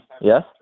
Yes